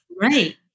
Right